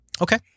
Okay